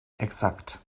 exakt